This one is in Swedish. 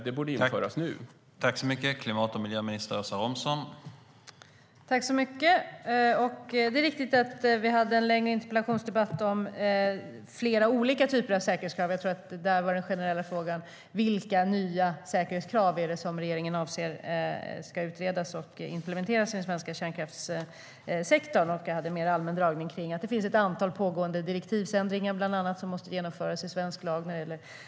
Det borde införas nu.